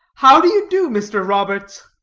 how do you do, mr. roberts?